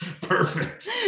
Perfect